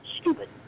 stupid